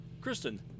Kristen